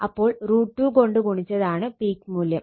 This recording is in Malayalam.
അപ്പോൾ √ 2 കൊണ്ട് ഗുണിച്ചതാണ് പീക്ക് മൂല്യം